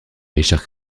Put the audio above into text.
richard